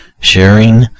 sharing